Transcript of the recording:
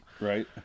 Right